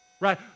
right